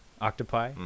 Octopi